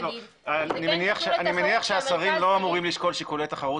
אני מניח שהשרים לא אמורים לשקול שיקולי תחרות